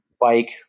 bike